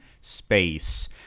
space